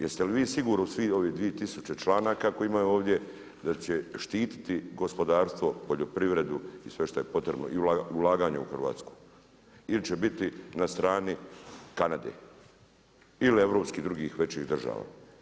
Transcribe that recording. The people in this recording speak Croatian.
Jeste li vi sigurni u svih ovih 2000 članaka koji su ovdje da će štiti gospodarstvo, poljoprivredu i sve što je potrebno i ulaganje u Hrvatsku ili će biti na strani Kanade ili europskih drugih većih država?